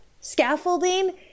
scaffolding